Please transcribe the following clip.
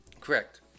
Correct